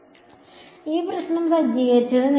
അതിനാൽ ഇതാണ് പ്രശ്നം സജ്ജീകരിച്ചത്